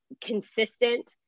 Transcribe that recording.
consistent